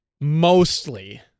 mostly